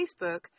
Facebook